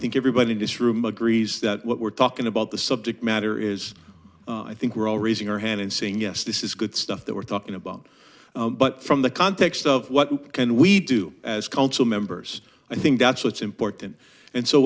think everybody in this room agrees that what we're talking about the subject matter is i think we're all raising our hand and saying yes this is good stuff that we're talking about but from the context of what can we do as council members i think that's what's important and so